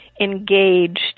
engaged